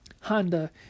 Honda